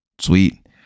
sweet